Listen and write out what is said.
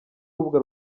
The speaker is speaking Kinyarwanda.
urubuga